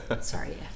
sorry